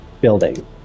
building